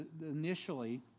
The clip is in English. initially